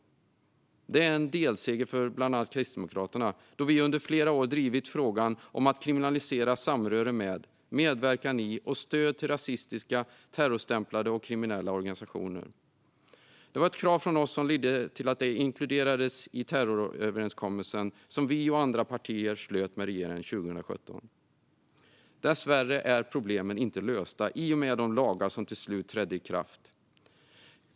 Detta är en delseger för bland annat Kristdemokraterna, då vi under flera år har drivit frågan om att kriminalisera samröre med, medverkan i och stöd till rasistiska terrorstämplade och kriminella organisationer. Det var ett krav från oss som ledde till att detta inkluderades i terroröverenskommelsen som vi och andra partier slöt med regeringen 2017. Dessvärre är problemen inte lösta i och med de lagar som till slut trädde i kraft.